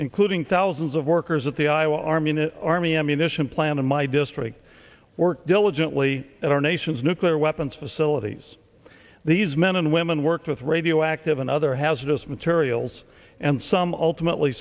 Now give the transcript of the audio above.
including thousands of workers at the iowa army in an army ammunition plant in my district worked diligently at our nation's nuclear weapons facilities these men and women worked with radioactive another hazardous materials and some ultimately